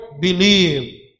believe